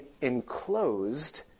enclosed